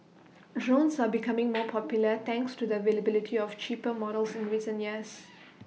drones are becoming more popular thanks to the availability of cheaper models in recent years